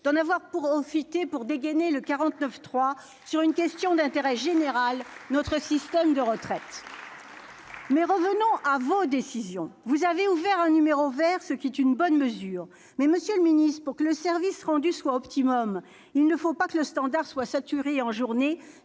d'avoir dégainé le 49-3 à propos d'une question d'intérêt général, notre système de retraites. Revenons à vos décisions. Vous avez ouvert un numéro vert, ce qui est une bonne mesure. Pourtant, monsieur le ministre, pour que le service rendu soit optimal, il ne faut pas que le standard soit saturé en journée